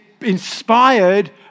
inspired